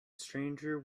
stranger